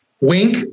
Wink